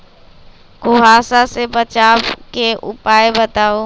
कुहासा से बचाव के उपाय बताऊ?